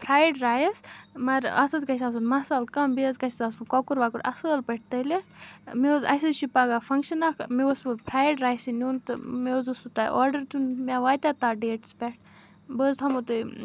fried rice مگر اَتھ حظ گژھِ آسُن مصالہٕ کَم بیٚیہِ حظ گژھِ آسُن کۄکُر وَکُر اَصۭل پٲٹھۍ تٔلِتھ مےٚ اوس اَسہِ حظ چھِ پَگاہ فنٛگشَن اَکھ مےٚ اوس وۄنۍ فرٛایڈ رایسی نیُن تہٕ مےٚ حظ اوسوُ تۄہہِ آڈَر دیُن مےٚ واتیٛاہ تَتھ ڈیٹَس پٮ۪ٹھ بہٕ حظ تھَومو تۄہہِ